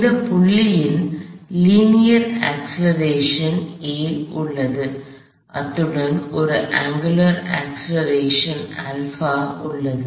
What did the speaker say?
இந்த புள்ளியின் linear acceleration accelerationநேரியல் முடுக்கம் a உள்ளது அத்துடன் ஒரு அங்குலார் அக்ஸ்லெரேஷன் angular accelerationகோண முடுக்கம் α உள்ளது